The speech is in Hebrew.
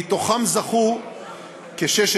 מתוכם זכו כ-6,000,